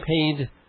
paid